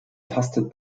tastet